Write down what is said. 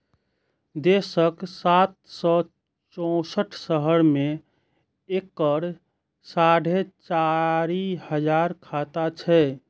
देशक सात सय चौंसठ शहर मे एकर साढ़े चारि हजार शाखा छै